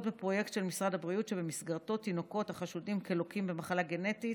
בפרויקט של משרד הבריאות שבמסגרתו תינוקות החשודים כלוקים במחלה גנטית